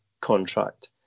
contract